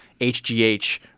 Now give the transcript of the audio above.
HGH